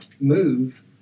move